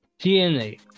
DNA